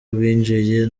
binjiye